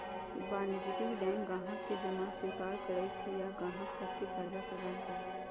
वाणिज्यिक बैंक गाहक से जमा स्वीकार करइ छइ आऽ गाहक सभके करजा प्रदान करइ छै